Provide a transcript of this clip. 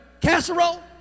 casserole